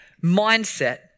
mindset